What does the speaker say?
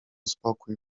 spokój